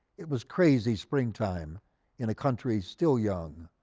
it was crazy spring time in a country still young.